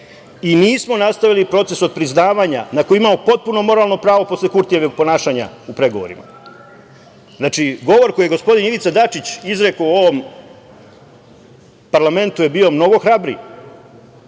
i nismo nastavili proces od priznavanja na koji imamo potpuno moralno pravo posle Kurtijevog ponašanja u pregovorima. Znači, govor koji je gospodin Ivica Dačić izrekao u ovom parlamentu je bio mnogo hrabriji. Opet